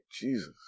Jesus